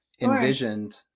envisioned